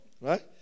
Right